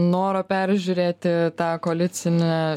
noro peržiūrėti tą koalicinę